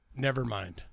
Nevermind